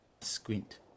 Squint